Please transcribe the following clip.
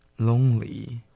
Lonely